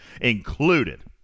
included